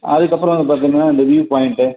அதுக்கப்புறம் வந்து பார்த்தீங்கனா இந்த வியூ பாயிண்ட்டு